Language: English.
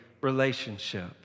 relationship